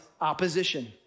opposition